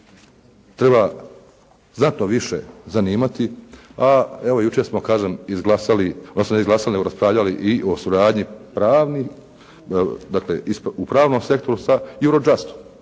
treba znatno više zanimati, a evo jučer smo kažem izglasali, odnosno ne izglasali nego raspravljali i o suradnji pravnih, dakle u pravnom sektoru sa Eurojustom.